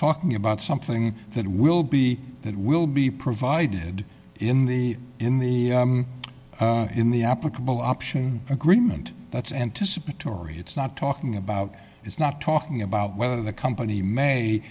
talking about something that will be that will be provided in the in the in the applicable option agreement that's anticipatory it's not talking about it's not talking about whether the company may